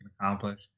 accomplish